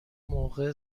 موقع